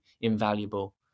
invaluable